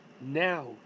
now